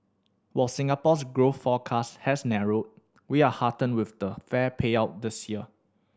while Singapore's growth forecast has narrowed we are heartened with the fair payout this year